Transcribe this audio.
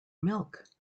milk